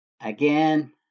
Again